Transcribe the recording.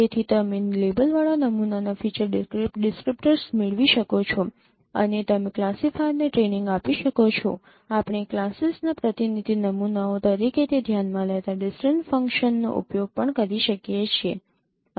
તેથી તમે લેબલવાળા નમૂનાના ફીચર ડિસ્ક્રીપ્ટર્સ મેળવી શકો છો અને તમે ક્લાસીફાયરને ટ્રેનિંગ આપી શકો છો આપણે ક્લાસીસના પ્રતિનિધિ નમૂનાઓ તરીકે તે ધ્યાન માં લેતા ડિસ્ટન્સ ફંક્શનનો ઉપયોગ પણ કરી શકીએ છીએ